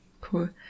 Cool